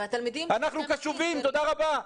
"אנחנו קשובים" תודה רבה.